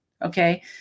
Okay